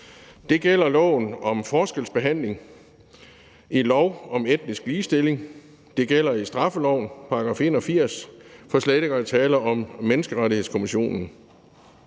Det gælder lov om forskelsbehandling, lov om etnisk ligebehandling, det gælder straffelovens § 81, for slet ikke at tale om menneskerettighedskonventionen.